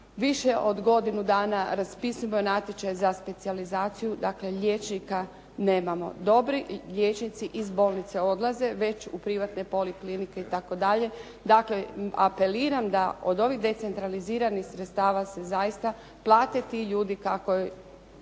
Više od godinu dana raspisujemo natječaj za specijalizaciju, dakle liječnika nemamo. Dobri liječnici iz bolnice odlaze već u privatne poliklinike itd. Dakle, apeliram da od ovih decentraliziranih sredstava se zaista plate ti ljudi kako